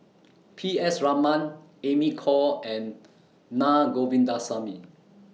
P S Raman Amy Khor and Naa Govindasamy